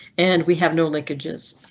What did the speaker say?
and we have no linkages.